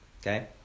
okay